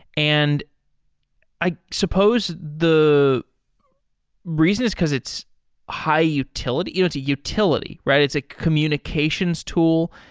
and i suppose the reason is because it's high-utility. you know it's utility, right? it's a communications tool.